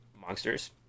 monsters